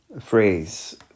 phrase